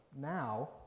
now